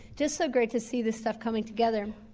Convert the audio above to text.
just so great to see this stuff coming together.